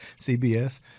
CBS